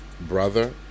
brother